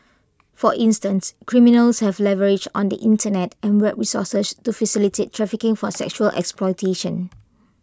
for instance criminals have leverage on the Internet and web resources to facilitate trafficking for sexual exploitation